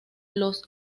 los